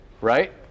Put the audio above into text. right